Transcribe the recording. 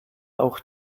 auch